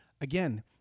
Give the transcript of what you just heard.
Again